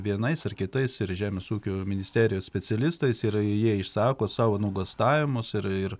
vienais ar kitais ir žemės ūkio ministerijos specialistais ir jie išsako savo nuogąstavimus ir ir